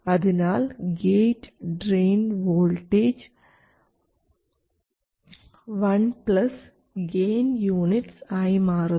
അതിനാൽ gate drain voltage 1 gain units ആയി മാറുന്നു